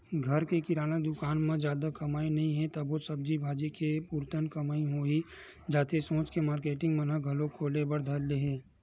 घर के किराना दुकान म जादा कमई नइ हे तभो सब्जी भाजी के पुरतन कमई होही जाथे सोच के मारकेटिंग मन घलोक खोले बर धर ले हे